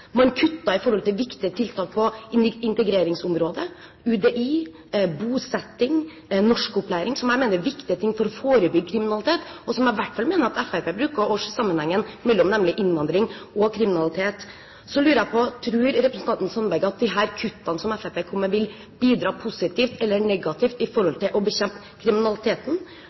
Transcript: Man kuttet på viktige tiltak på integreringsområdet – UDI, bosetting, norskopplæring – som jeg mener er viktige ting for å forebygge kriminalitet, og jeg mener at i hvert fall Fremskrittspartiet bruker å se sammenhengen mellom innvandring og kriminalitet. Da lurer jeg på: Tror representanten Sandberg at disse kuttene som Fremskrittspartiet kom med, vil bidra positivt eller negativt med hensyn til å bekjempe kriminaliteten?